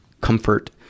comfort